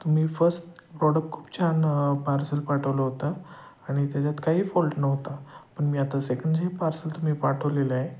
तुम्ही first product खूप छान पार्सल पाठवलं होतं आणि त्याच्यात काही फॉल्ट नव्हता पण मी आता सेकंड जे पार्सल तुम्ही पाठवलेलं आहे